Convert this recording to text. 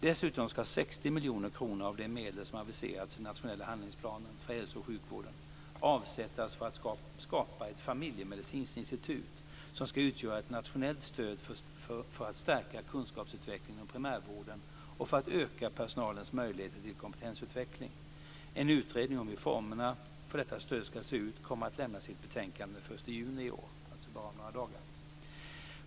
Dessutom ska 60 miljoner kronor av de medel som aviserats i den nationella handlingsplanen för hälso och sjukvården avsättas för att skapa ett familjemedicinskt institut som ska utgöra ett nationellt stöd för att stärka kunskapsutvecklingen i primärvården och för att öka personalens möjligheter till kompetensutveckling. En utredning om hur formerna för detta stöd ska se ut kommer att lämna sitt betänkande den 1 juni i år, om bara några dagar.